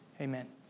Amen